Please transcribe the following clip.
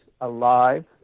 alive